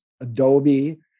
Adobe